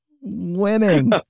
winning